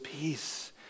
peace